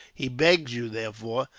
he begs you, therefore,